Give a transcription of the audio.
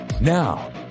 Now